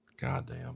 Goddamn